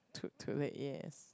yes